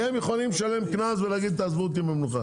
כי הם יכולים לשלם קנס ולהגיד תעזבו אותי במנוחה.